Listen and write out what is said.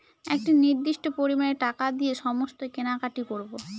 একটি নির্দিষ্ট পরিমানে টাকা দিয়ে সমস্ত কেনাকাটি করবো